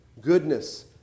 goodness